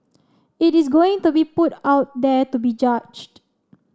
it is going to be put out there to be judged